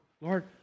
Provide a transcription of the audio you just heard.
Lord